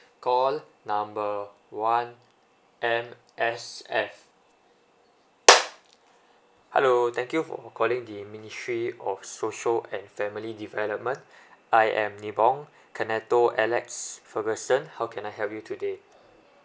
call number one M_S_F hello thank you for calling the ministry of social and family development I am nibong kenetto alex ferguson how can I help you today